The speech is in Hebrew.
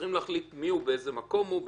צריכים להחליט מיהו, באיזה מקום הוא,